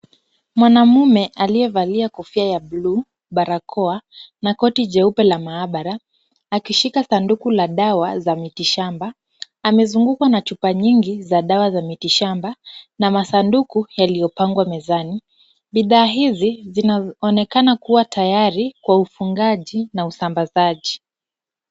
Mwanaume aliyevalia kofia ya bluu, barakoa na koti jeupe la maabara akishika sanduku la dawa za miti shamba amezungukwa na chupa nyingi za dawa za miti shamba na masanduku yaliyopangwa mezani. Bidhaa hizi zinaonekana kuwa tayari kwa ufungaji na usambazaji.